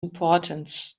importance